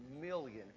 million